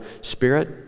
spirit